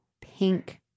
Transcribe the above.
pink